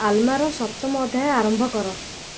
ଆଲ୍ମାର ସପ୍ତମ ଅଧ୍ୟାୟ ଆରମ୍ଭ କର